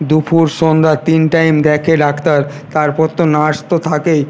দুপুর সন্ধ্যা তিন টাইম দেখে ডাক্তার তারপর তো নার্স তো থাকেই